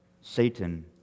Satan